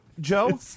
Joe